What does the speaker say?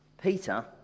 Peter